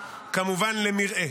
כמובן, למרעה.